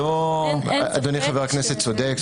אדוני חבר הכנסת צודק.